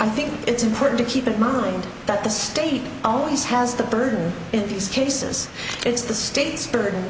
i think it's important to keep in mind that the state always has the burden in these cases it's the state's burden